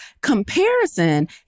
Comparison